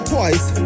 twice